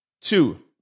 Two